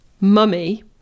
Mummy